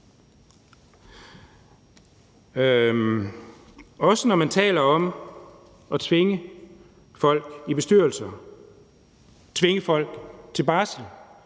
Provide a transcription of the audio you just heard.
også når man taler om at tvinge folk ind i bestyrelser, tvinge folk til barsel,